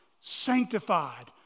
sanctified